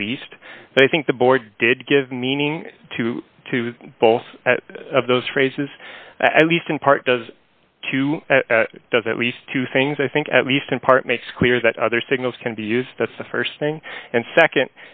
at least i think the board did give meaning to both of those phrases at least in part does to does at least two things i think at least in part makes clear that other signals can be used that's the st thing and